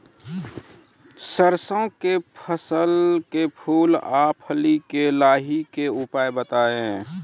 सरसों के फसल के फूल आ फली मे लाहीक के उपाय बताऊ?